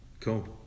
Cool